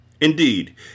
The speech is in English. Indeed